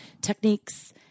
techniques